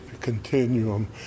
continuum